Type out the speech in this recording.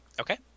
Okay